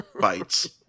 Bites